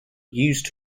used